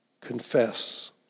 Confess